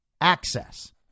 access